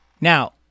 now